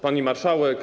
Pani Marszałek!